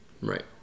Right